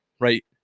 right